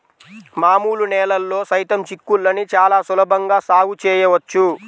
మామూలు నేలల్లో సైతం చిక్కుళ్ళని చాలా సులభంగా సాగు చేయవచ్చు